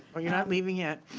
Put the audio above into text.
well you're not leaving yet.